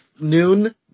noon